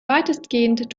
weitestgehend